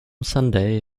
sunday